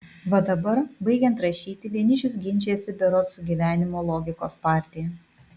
va dabar baigiant rašyti vienišius ginčijasi berods su gyvenimo logikos partija